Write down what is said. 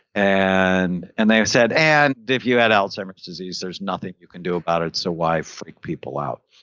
and and they have said, and if you had alzheimer's disease, there's nothing you can do about it, so why freak people out.